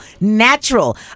Natural